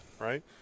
right